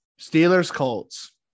Steelers-Colts